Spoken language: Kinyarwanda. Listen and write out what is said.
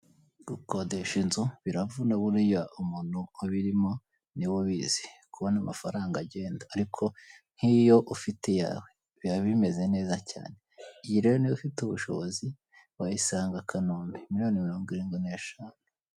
Gukoresha inzu biravuna buriya umuntu ubirimo niwe ubizi, kubona amafaranga agenda ,ariko nk' iyo ufite iyawe biba bimeze neza cyane, iyi rero niba ufite ubushobozi urayisanga kanombe miliyoni mirongo irindwineshanu.